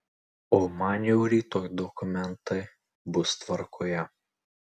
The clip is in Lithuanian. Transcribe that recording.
o man jau rytoj dokumentai bus tvarkoje